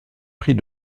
prix